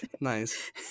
Nice